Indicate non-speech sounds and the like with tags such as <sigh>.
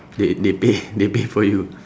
they they pay <laughs> they pay <laughs> for you